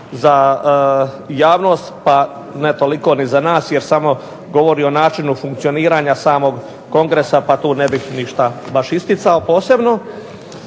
za javnost, pa ne toliko ni za nas jer samo govori o načinu funkcioniranja samog Kongresa, pa tu ne bih ništa baš isticao posebno.